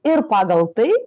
ir pagal tai